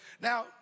Now